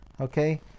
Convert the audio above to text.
okay